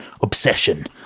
obsession